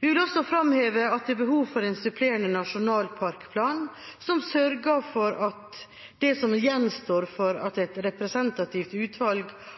Vi vil også framheve at det er behov for en supplerende nasjonalparkplan som sørger for at det som gjenstår for at et representativt utvalg